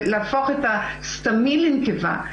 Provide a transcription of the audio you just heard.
להפוך את הסתמי לנקבה,